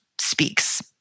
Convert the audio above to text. speaks